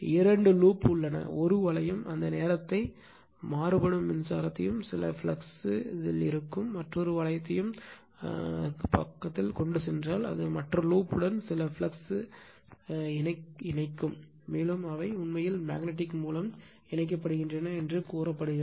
இரண்டு லூப் உள்ளன ஒரு வளையம் அந்த நேரத்தை மாறுபடும் மின்சாரத்தையும் சில ஃப்ளக்ஸ் இருக்கும் மற்றொரு வளையத்தையும் கொண்டு சென்றால் அது மற்ற லூப் உடன் சில ஃப்ளக்ஸ் இணைக்கப்படும் மேலும் அவை உண்மையில் மேக்னட்டிக் மூலம் இணைக்கப்படுகின்றன என்று கூறப்படுகிறது